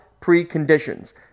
preconditions